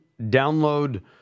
download